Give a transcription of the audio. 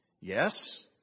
yes